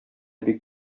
бик